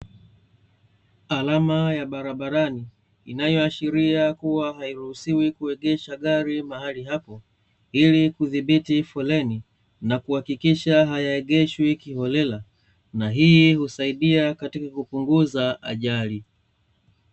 Alama ya barabarani inayoashiria kuwa hairuhusiwi kuegesha gari mahali hapo, ili kudhibiti foleni na kuhakikisha hayaegeshwi kiholela, na hii husaidia katika kupunguza ajali.